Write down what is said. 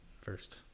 first